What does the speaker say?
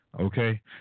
Okay